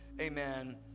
amen